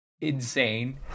insane